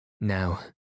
Now